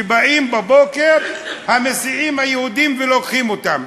שבאים בבוקר המסיעים היהודים ולוקחים אותם,